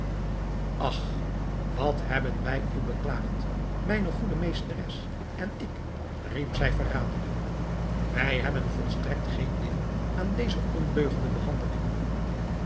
ach wat hebben wij u beklaagd mijne goede meesteres en ik riep zij verraderlijk wij hebben volstrekt geen deel aan deze ondeugende behandeling